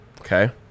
Okay